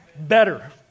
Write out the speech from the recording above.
Better